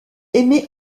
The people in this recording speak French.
émet